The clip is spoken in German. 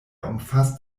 umfasst